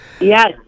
Yes